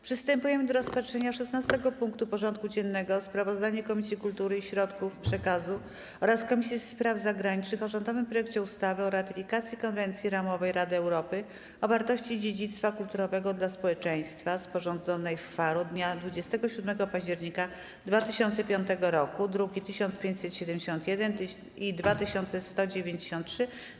Przystępujemy do rozpatrzenia punktu 16. porządku dziennego: Sprawozdanie Komisji Kultury i Środków Przekazu oraz Komisji Spraw Zagranicznych o rządowym projekcie ustawy o ratyfikacji Konwencji ramowej Rady Europy o wartości dziedzictwa kulturowego dla społeczeństwa, sporządzonej w Faro dnia 27 października 2005 r. (druki nr 1571 i 2193)